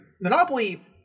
Monopoly